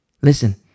Listen